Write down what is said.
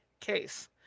case